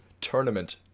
tournament